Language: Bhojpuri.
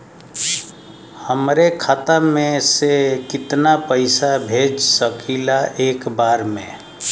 हमरे खाता में से कितना पईसा भेज सकेला एक बार में?